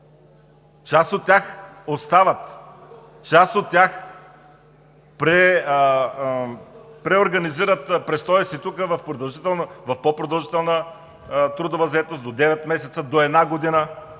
Част от тях остават, част от тях преорганизират престоя си тук в по-продължителна трудова заетост – до девет месеца, до една година.